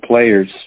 players